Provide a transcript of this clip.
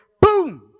boom